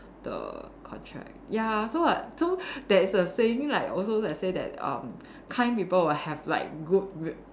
the contract ya so like so there's a saying like also they say that um kind people will have like good re~